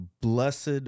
blessed